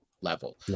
level